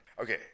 Okay